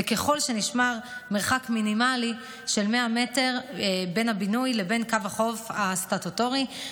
וככל שנשמר מרחק מינימלי של 100 מטר בין הבינוי לבין קו החוף הסטטוטורי.